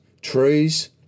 trees